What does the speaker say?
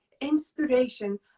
inspiration